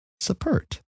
Support